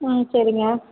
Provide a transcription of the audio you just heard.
ம் சரிங்க